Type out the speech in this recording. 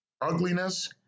Ugliness